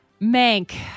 Mank